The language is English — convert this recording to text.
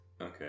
Okay